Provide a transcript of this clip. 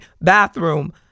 bathroom